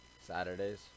Saturdays